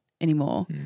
anymore